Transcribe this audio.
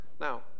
Now